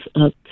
up